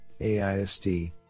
AIST